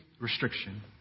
restriction